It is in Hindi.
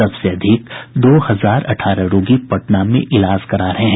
सबसे अधिक दो हजार अठारह रोगी पटना में इलाज करा रहे हैं